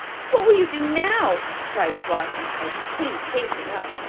what will you do now? cried flossie, as she came chasing up.